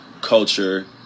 culture